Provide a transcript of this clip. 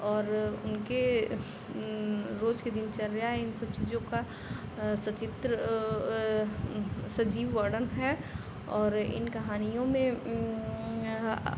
और उनके उन रोज की दिनचर्याएँ इनसब चीज़ों का सचित्र सजीव वर्णन है और इन कहानियों में आ